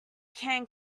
can